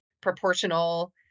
proportional